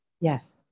Yes